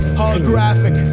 holographic